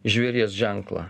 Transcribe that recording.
žvėries ženklą